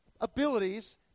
abilities